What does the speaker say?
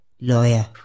lawyer